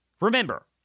Remember